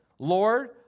Lord